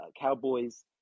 Cowboys